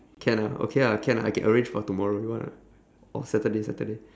can ah okay ah can ah I can arrange for tomorrow you want or not or saturday saturday